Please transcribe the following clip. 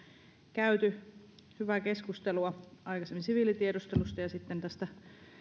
käyty hyvää keskustelua aikaisemmin siviilitiedustelusta ja sitten tästä